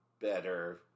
better